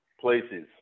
places